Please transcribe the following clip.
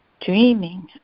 dreaming